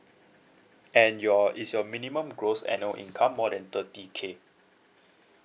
and your is your minimum gross annual income more than thirty K